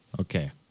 Okay